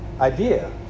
idea